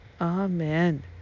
Amen